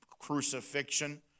crucifixion